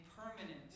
permanent